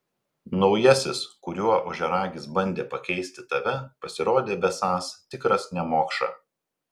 naujasis kuriuo ožiaragis bandė pakeisti tave pasirodė besąs tikras nemokša